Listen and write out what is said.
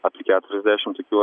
apie keturiasdešimt tokių